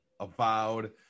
Avowed